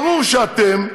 ברור שאתם,